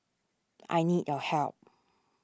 I need your help